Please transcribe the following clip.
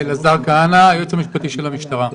אלעזר כהנא, הייעוץ המשפטי של המשטרה.